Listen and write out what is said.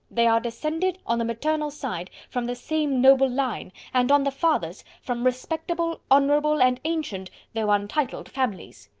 they are descended, on the maternal side, from the same noble line and, on the father's, from respectable, honourable, and ancient though untitled families.